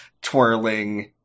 twirling